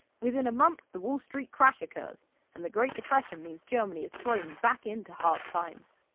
within a month, the wall street crash occurs and the great depression means germany is thrown back into hard times.